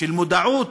של מודעות,